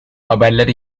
haberler